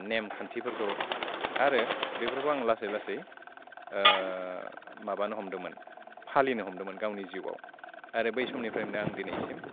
नेम खान्थिफोरखौ आरो बेफोरखौ आं लासै लासै माबानो हमदोंमोन फालिनो हमदोंमोन गावनि जिउआव आरो बै समनिफ्रायनो आं दिनै